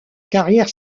carrière